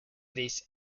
these